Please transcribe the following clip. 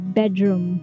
bedroom